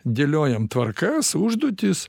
dėliojam tvarkas užduotis